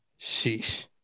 Sheesh